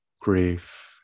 grief